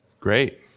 Great